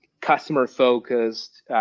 customer-focused